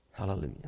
Hallelujah